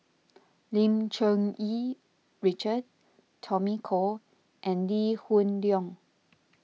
Lim Cherng Yih Richard Tommy Koh and Lee Hoon Leong